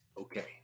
Okay